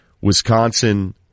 Wisconsin